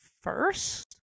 first